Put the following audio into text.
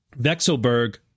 Vexelberg